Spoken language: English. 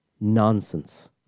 nonsense